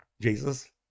Jesus